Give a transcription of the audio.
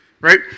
right